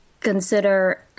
consider